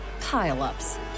pile-ups